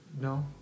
no